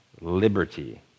liberty